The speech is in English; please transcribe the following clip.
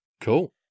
Cool